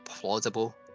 plausible